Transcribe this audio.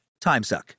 Timesuck